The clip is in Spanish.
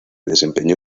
desempeñó